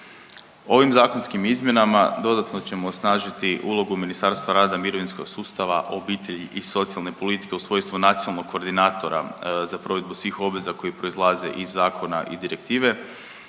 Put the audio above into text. Ovim zakonskim izmjenama dodatno ćemo osnažiti ulogu Ministarstvo rada i mirovinskog sustava, obitelji i socijalne politike u svojstvu nacionalnog koordinatora za provedbu svih obveza koje proizlaze iz zakona i direktive